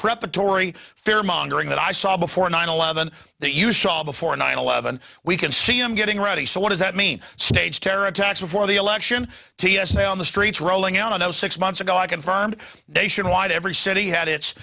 preparatory fear mongering that i saw before nine eleven that you shot before nine eleven we can see him getting ready so what does that mean stage terror attacks before the election t s a on the streets rolling out on those six months ago i confirmed nationwide every city had its